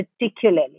particularly